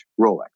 Rolex